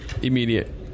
immediate